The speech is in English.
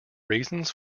reasons